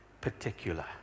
particular